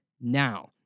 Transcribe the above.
now